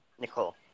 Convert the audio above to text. Nicole